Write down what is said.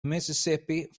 mississippi